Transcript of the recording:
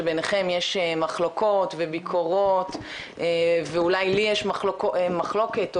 שבינכם יש מחלוקות וביקורות ואולי לי יש מחלוקת,